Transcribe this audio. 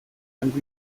and